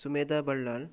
Sumedha Ballal